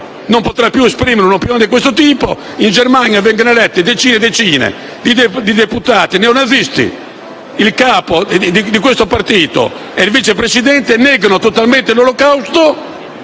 non potrà più esprimere un'opinione di questo tipo, in Germania vengono eletti decine e decine di deputati neonazisti, il capo del partito e il vice presidente negano totalmente l'Olocausto,